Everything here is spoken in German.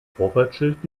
vorfahrtsschild